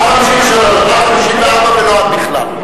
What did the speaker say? עד 153. עד 154 ולא עד בכלל.